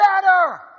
better